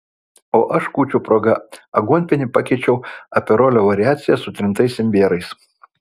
o aš tai kūčių proga aguonpienį pakeičiau aperolio variacija su trintais imbierais